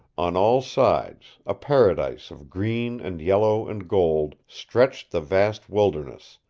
on all sides, a paradise of green and yellow and gold, stretched the vast wilderness,